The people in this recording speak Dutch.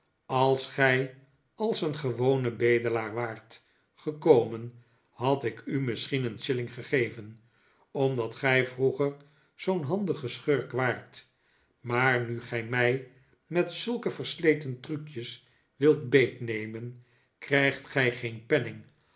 als gij als een gewone bedelaar waart gekomen had ik u misschien een shilling gegeven omdat gij vroeger zoo'n handige schurk waart maar nu gij mij met zulke versleten trucjes wilt beetnemen krijgt gij geen penning